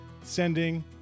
sending